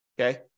Okay